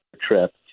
trip